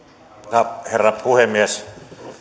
arvoisa herra puhemies